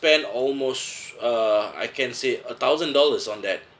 spent almost uh I can say a thousand dollars on that